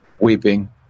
weeping